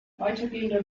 weitergehende